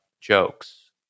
jokes